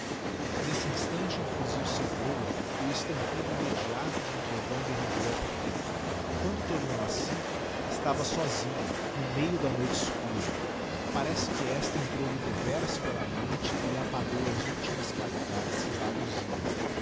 nesse instante um tuzil cegou a e o estampido immediato de um trovão derribou a por terra quando tornou a si estava sósinha no meio da noite escura parece que esta entrou lhe deveras pela mente e lhe apagou as ultimas claridades que lá luziam